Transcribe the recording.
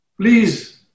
please